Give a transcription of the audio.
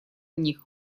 них